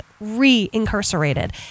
re-incarcerated